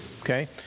okay